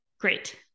Great